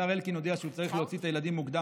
השר אלקין הודיע שהוא צריך להוציא את הילדים מוקדם